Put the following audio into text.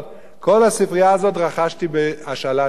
את כל הספרייה הזאת רכשתי בהשאלה של לילה אחד.